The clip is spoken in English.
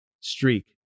streak